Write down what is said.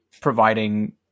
providing